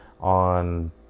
on